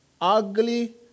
ugly